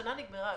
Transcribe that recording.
השנה נגמרה.